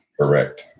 Correct